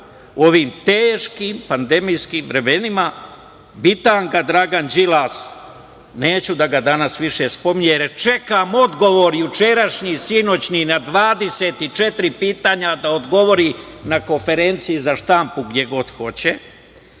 ovim teškim pandemijskim vremenima, bitanga Dragan Đilas, neću da ga danas više spominjem, jer čekam odgovor, jučerašnji, sinoćni, na 24 pitanja, da odgovori na konferenciji za štampu gde god hoće,